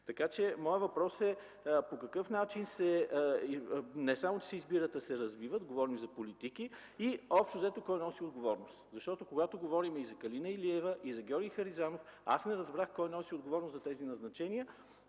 функции. Моят въпрос е: по какъв начин не само че се избират, а се развиват – говорим за политики, и общо взето кой носи отговорност? Защото когато говорим и за Калина Илиева, и за Георги Харизанов, аз не разбрах кой носи отговорност за тези назначения.